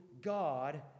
God